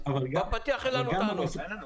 גם הרשות